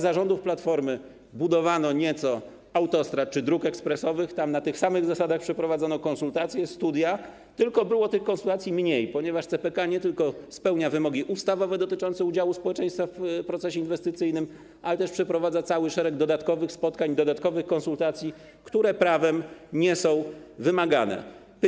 Za rządów Platformy budowano nieco autostrad czy dróg ekspresowych i na tych samych zasadach przeprowadzano konsultacje, studia, tylko tyle, że tych konsultacji było mniej, ponieważ CPK nie tylko spełnia wymogi ustawowe dotyczące udziału społeczeństwa w procesie inwestycyjnym, ale też przeprowadza się cały szereg dodatkowych spotkań, dodatkowych konsultacji, które nie są wymagane prawem.